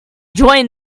join